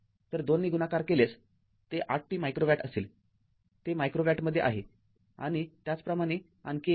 तर२ ने गुणाकार केल्यास ते ८t मायक्रो वॅट असेल ते मायक्रो वॅटमध्ये आहे आणि त्याचप्रमाणे आणखी एक आहे